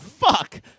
fuck